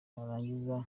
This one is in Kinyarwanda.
narangiza